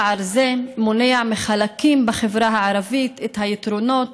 פער זה מונע מחלקים בחברה הערבית את היתרונות